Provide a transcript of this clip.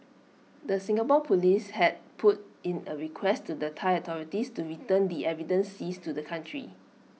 the Singapore Police had put in A request to the Thai authorities to return the evidence seized to the country